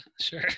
sure